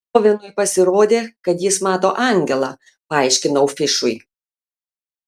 ovenui pasirodė kad jis mato angelą paaiškinau fišui